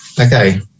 Okay